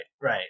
right